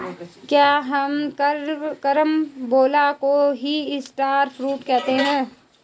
क्या हम कैरम्बोला को ही स्टार फ्रूट कहते हैं?